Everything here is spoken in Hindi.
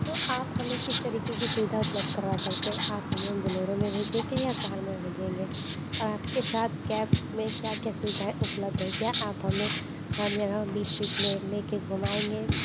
तो आप हमें किस तरीके की सुविधा उपलब्ध करवा सकते हैं आप हमें बुलोरो में भेजेंगे या कार में भेजेंगे और आप के साथ कैब में क्या क्या सुविधाएं उपलब्ध हैं क्या आप हमें हर जगह बीच बीच में लेके घुमाएंगे